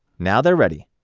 now they are ready!